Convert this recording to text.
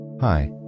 Hi